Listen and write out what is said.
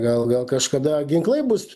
gal gal kažkada ginklai bus